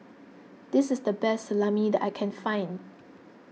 this is the best Salami that I can find